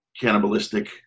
cannibalistic